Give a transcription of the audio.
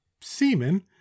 semen